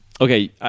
okay